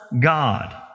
God